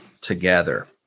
together